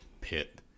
pit